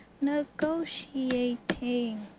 negotiating